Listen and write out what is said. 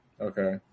Okay